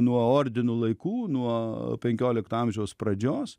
nuo ordino laikų nuo penkiolikto amžiaus pradžios